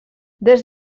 des